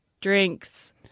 drinks